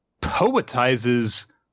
poetizes